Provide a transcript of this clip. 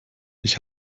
ich